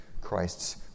Christ's